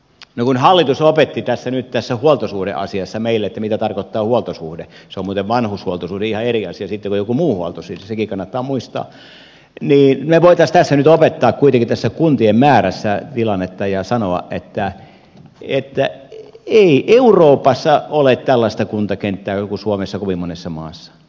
kun hallitus opetti tässä huoltosuhdeasiassa meille mitä tarkoittaa huoltosuhde se on muuten vanhuushuoltosuhde ihan eri asia sitten kuin joku muu huoltosuhde sekin kannattaa muistaa niin me voisimme tässä nyt opettaa kuitenkin tässä kuntien määrässä tilannetta ja sanoa että ei euroopassa ole tällaista kuntakenttää kuin suomessa kovin monessa maassa